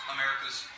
America's